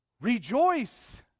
Rejoice